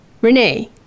Renee